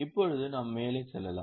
இப்போது நாம் மேலே செல்லலாம்